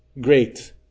great